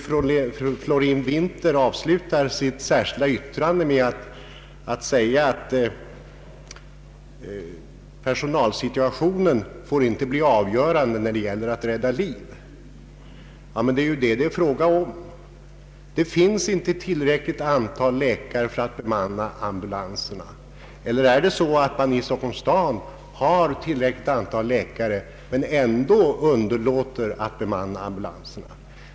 Fru Florén-Winther avslutar sitt särsärskilda yttrande med att säga att personalsituationen inte får bli avgörande när det gäller att rädda liv. Men det är ju detta det är fråga om. Det finns inte ett tillräckligt antal läkare för att bemanna ambulanserna. Eller är det så att man i Stockholms stad har tillräckligt antal läkare men ändå underlåter att be manna ambulanserna?